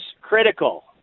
critical